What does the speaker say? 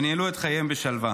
וניהלו את חייהם בשלווה.